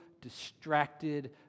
distracted